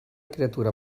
criatura